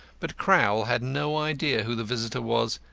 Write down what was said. but crowl had no idea who the visitor was,